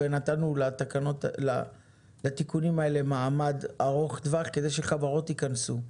ונתנו לתיקונים האלה מעמד ארוך טווח כדי שחברות ייכנסו,